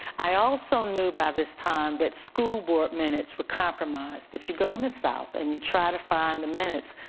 i also knew by this time that school board minutes were compromised. if you go in the south and you try to find the minutes,